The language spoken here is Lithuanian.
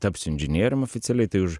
tapsiu inžinierium oficialiai tai už